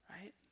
right